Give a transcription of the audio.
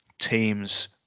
Teams